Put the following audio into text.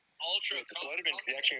Ultra